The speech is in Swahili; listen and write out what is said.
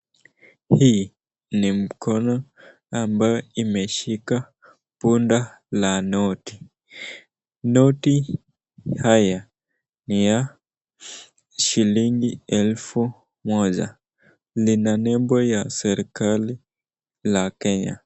Hii ni mkono ambayo imeshika bunda la noti. Noti haya ni ya shilingi elfu moja. Lina nembo ya serikali la Kenya.